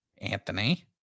Anthony